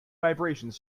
vibrations